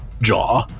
jaw